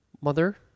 Mother